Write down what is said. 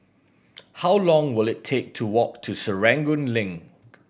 how long will it take to walk to Serangoon Link